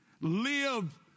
Live